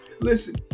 Listen